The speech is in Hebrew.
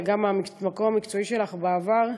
אלא גם מהמקום המקצועי שלך בעבר.